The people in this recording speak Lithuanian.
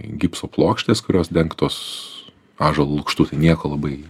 gipso plokštės kurios dengtos ąžuolo lukštu tai nieko labai